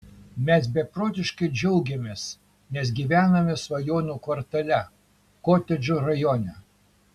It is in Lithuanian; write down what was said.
mes beprotiškai džiaugiamės nes gyvename svajonių kvartale kotedžų rajone